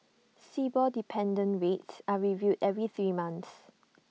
Sibor dependent rates are reviewed every three months